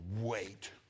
wait